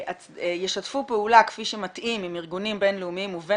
ישתפו פעולה כפי שמתאים עם ארגונים בינלאומיים ובין